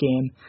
game